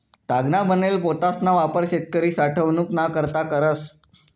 तागना बनेल पोतासना वापर शेतकरी साठवनूक ना करता करस